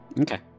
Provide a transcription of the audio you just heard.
Okay